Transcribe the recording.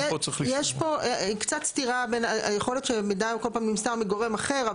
יש פה קצת סתירה בין היכולת של מידע כל פעם נמסר מגורם אחר.